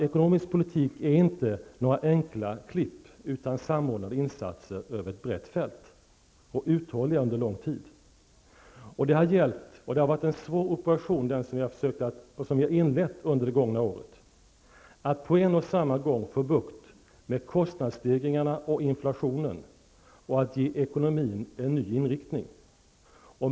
Ekonomiska politik är inte några enkla klipp, utan samordnade insatser över ett brett fält och uthålliga under lång tid. Det är en svår operation som vi har inlett under det gångna året att på en och samma gång få bukt med kostnadsstegringarna och inflationen och att ge ekonomin en ny inriktning.